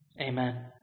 Amen